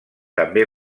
també